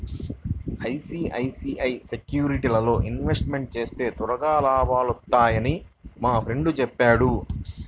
ICICI సెక్యూరిటీస్లో investment చేస్తే త్వరగా లాభాలొత్తన్నయ్యని మా ఫ్రెండు చెప్పాడు